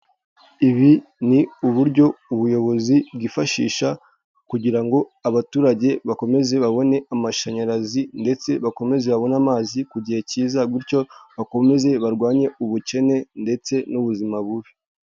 Ibi ni uburyo ubuyobozi bwifashisha kugira ngo abaturage bakomeze babone amashanyarazi, ndetse bakomeze babone amazi ku gihe cyiza butyo bakomeze barwanye ubukene ndetse n'ubuzima bubi.